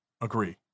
agree